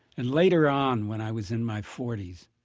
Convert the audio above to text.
and later on, when i was in my forty s,